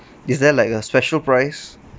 is there like a special price